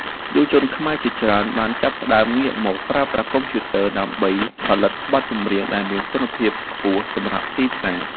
យុវជនខ្មែរជាច្រើនបានចាប់ផ្ដើមងាកមកប្រើប្រាស់កុំព្យូទ័រដើម្បីផលិតបទចម្រៀងដែលមានគុណភាពខ្ពស់សម្រាប់ទីផ្សារ។